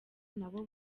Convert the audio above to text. nabo